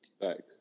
Thanks